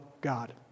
God